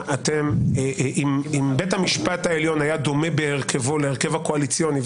אם בית המשפט העליון היה דומה בהרכבו להרכב הקואליציוני,